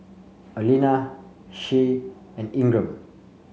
Alena Shae and Ingram